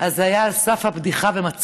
אז זה היה על סף הבדיחה ומצחיק.